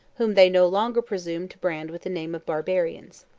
whom they no longer presumed to brand with the name of barbarians.